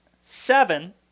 seven